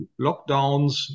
lockdowns